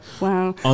Wow